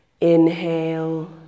Inhale